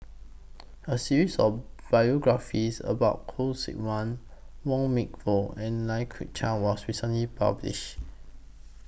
A series of biographies about Khoo Seok Wan Wong Meng Voon and Lai Kew Chai was recently published